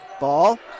Ball